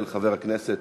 של חבר הכנסת